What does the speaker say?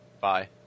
Bye